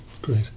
Great